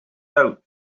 out